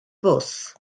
fws